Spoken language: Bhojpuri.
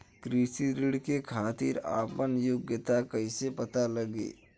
कृषि ऋण के खातिर आपन योग्यता कईसे पता लगी?